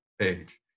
page